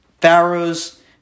pharaohs